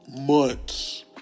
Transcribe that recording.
months